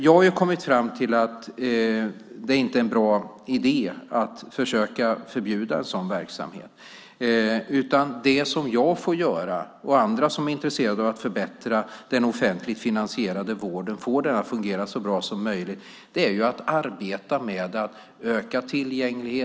Jag har kommit fram till att det inte är en bra idé att försöka förbjuda en sådan verksamhet, utan det som jag och andra får göra som är intresserade av att förbättra den offentligt finansierade vården och få den att fungera så bra som möjligt är att arbeta med att öka tillgängligheten.